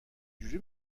جوری